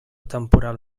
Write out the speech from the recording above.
temporal